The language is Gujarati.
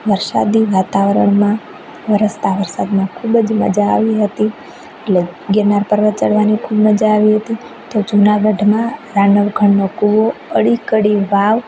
વરસાદી વાતાવરણમાં વરસતા વરસાદમાં ખૂબ જ મજા આવી હતી એટલે ગિરનાર પર્વત ચડવાની ખૂબ મજા આવી હતી તો જૂનાગઢમાં રાંનલખંડનો કુવો અડી કડી વાવ